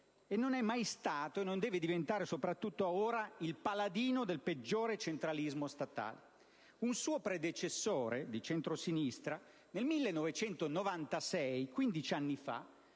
e non è mai stato, e non deve diventare soprattutto ora il paladino del peggiore centralismo statale! Un suo predecessore di centrosinistra nel 1996, 15 anni fa,